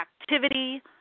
activity